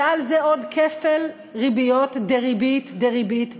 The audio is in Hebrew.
ועל זה עוד כפל ריביות דריבית דריבית דריבית.